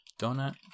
Donut